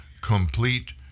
complete